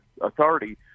authority